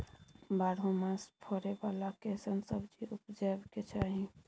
बारहो मास फरै बाला कैसन सब्जी उपजैब के चाही?